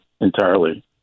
entirely